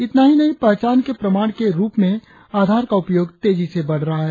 इतना ही नहीं पहचान के प्रमाण के रुप में आधार का उपयोग तेजी से बढ़ रहा है